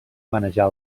manejar